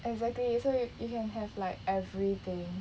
exactly so you you can have like everything